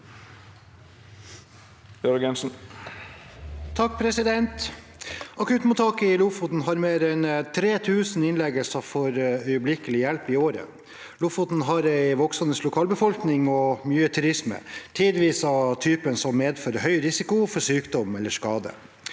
(R) «Akuttmottaket i Lo- foten har mer enn 3 000 innleggelser for øyeblikkelig hjelp i året. Lofoten har en voksende lokalbefolkning, og mye turisme, tidvis av typen som medfører høy risiko for sykdom eller skade.